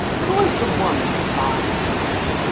who is the woman who buys vintage?